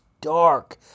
dark